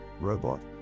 Robot